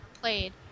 played